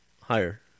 Higher